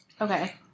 okay